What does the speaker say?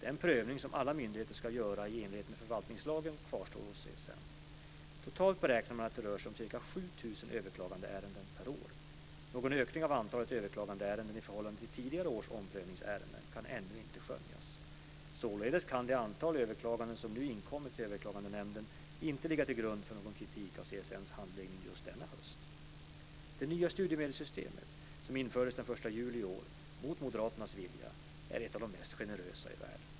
Den prövning som alla myndigheter ska göra i enlighet med förvaltningslagen kvarstår hos CSN. Totalt beräknar man att det rör sig om ca 7 000 överklagandeärenden per år. Någon ökning av antalet överklagandeärenden i förhållande till tidigare års omprövningsärenden kan ännu inte skönjas. Således kan det antal överklaganden som nu inkommit till Överklagandenämnden inte ligga till grund för någon kritik av CSN:s handläggning just denna höst. juli i år, mot moderaternas vilja, är ett av de mest generösa i världen.